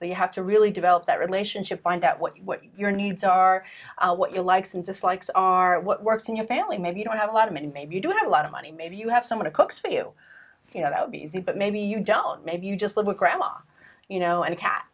so you have to really develop that relationship find out what your needs are what your likes and dislikes are what works in your family maybe you don't have a lot of it maybe you don't have a lot of money maybe you have someone to cook for you you know that would be easy but maybe you don't maybe you just live with grandma you know and cat